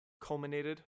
culminated